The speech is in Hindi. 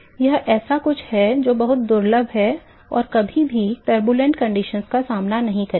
यह ऐसा कुछ है जो बहुत दुर्लभ है और कभी भी अशांत परिस्थितियों का सामना नहीं करेगा